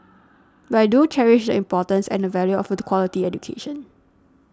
but I do cherish the importance and the value of the quality education